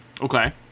okay